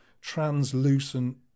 translucent